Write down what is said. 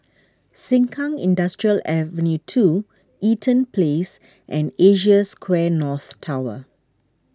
Sengkang Industrial Ave two Eaton Place and Asia Square North Tower